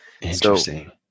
Interesting